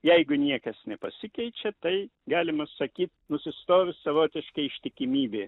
jeigu niekas nepasikeičia tai galima sakyt nusistovi savotiška ištikimybė